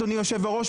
אדוני יושב-הראש,